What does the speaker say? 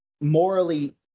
morally